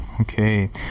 Okay